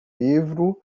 livro